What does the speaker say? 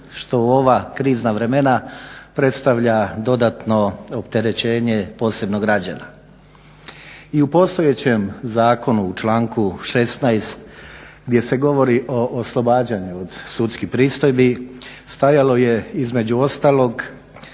što u ova krizna vremena predstavlja dodatno opterećenje posebno građana. I u postojećem zakonu u članku 16.gdje se govori o oslobađanju od sudskih pristojbi stajalo je između ostalog